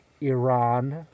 Iran